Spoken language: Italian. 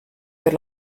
per